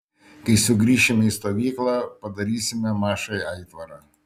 kai sugrįšime į stovyklą padarysime mašai aitvarą